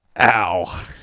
Ow